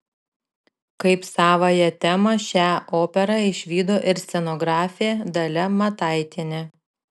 kaip savąją temą šią operą išvydo ir scenografė dalia mataitienė